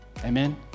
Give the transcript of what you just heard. Amen